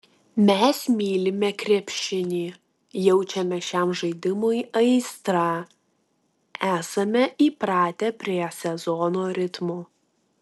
mes mylime krepšinį jaučiame šiam žaidimui aistrą esame įpratę prie sezono ritmo